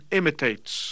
imitates